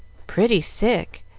pretty sick.